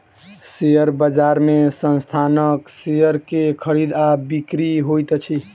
share बजार में संस्थानक शेयर के खरीद आ बिक्री होइत अछि